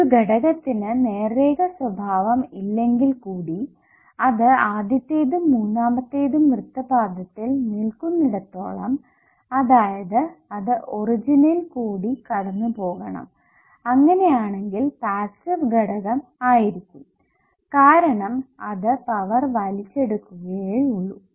ഒരു ഘടകത്തിന് നേർരേഖ സ്വഭാവം ഇല്ലെങ്കിൽ കൂടി അത് ആദ്യത്തേതും മൂന്നാമതേത്തും വൃത്തപാദത്തിൽ നില്കുന്നിടത്തോളം അതായതു അത് ഒറിജിനിൽ കൂടി കടന്നു പോകണം അങ്ങനെ ആണെങ്കിൽ പാസ്സീവ് ഘടകം ആയിരിക്കും കാരണം അത് പവർ വലിച്ചെടുക്കുകയേ ഉള്ളു